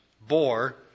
bore